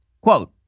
Quote